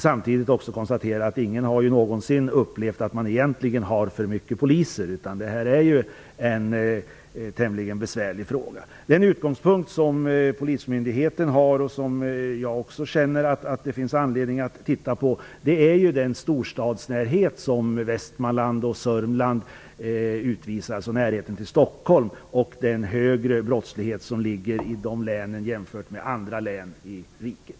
Samtidigt konstaterar jag att ingen någonsin har upplevt att det finns för många poliser, utan det är en tämligen besvärlig fråga. Den utgångspunkt som polismyndigheten har och som jag också känner att det finns anledning att titta på är den storstadsnärhet som Västmanland och Södermanland utvisar, alltså närheten till Stockholm, och den högre brottslighet som finns i de länen jämfört med andra län i riket.